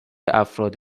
افراد